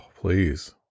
please